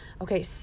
Okay